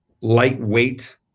lightweight